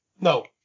No